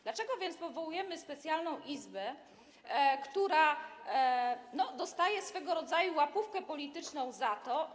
Dlaczego więc powołujemy specjalną izbę, która dostaje swego rodzaju łapówkę polityczną za to.